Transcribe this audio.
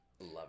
Love